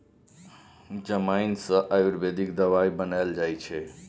जमैन सँ आयुर्वेदिक दबाई बनाएल जाइ छै